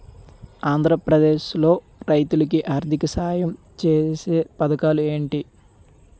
ఆంధ్రప్రదేశ్ లో రైతులు కి ఆర్థిక సాయం ఛేసే పథకాలు ఏంటి?